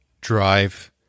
drive